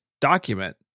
document